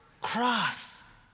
cross